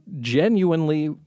genuinely